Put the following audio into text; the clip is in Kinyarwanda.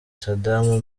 saddam